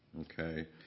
okay